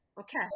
Okay